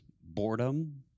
boredom